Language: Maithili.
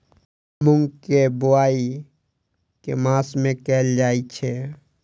मूँग केँ बोवाई केँ मास मे कैल जाएँ छैय?